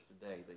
today